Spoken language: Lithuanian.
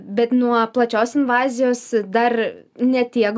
bet nuo plačios invazijos dar ne tiek